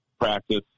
practice